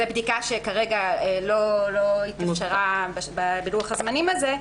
זו בדיקה שכרגע לא התאפשרה בלוח הזמנים הזה,